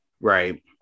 Right